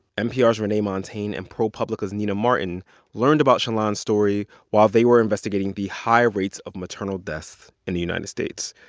npr's renee montagne and propublica's nina martin learned about shalon's story while they were investigating the high rates of maternal deaths in the united states.